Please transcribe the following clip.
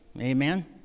Amen